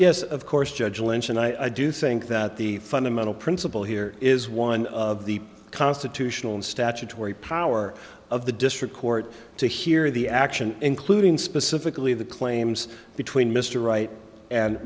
yes of course judge lynch and i do think that the fundamental principle here is one of the constitutional and statutory power of the district court to hear the action including specifically the claims between mr right and